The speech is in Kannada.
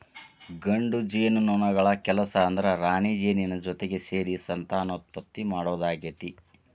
ಗಂಡು ಜೇನುನೊಣಗಳ ಕೆಲಸ ಅಂದ್ರ ರಾಣಿಜೇನಿನ ಜೊತಿಗೆ ಸೇರಿ ಸಂತಾನೋತ್ಪತ್ತಿ ಮಾಡೋದಾಗೇತಿ